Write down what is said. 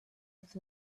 with